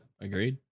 agreed